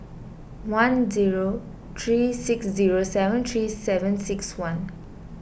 one zero three six zero seven three seven six one